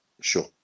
sure